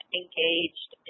engaged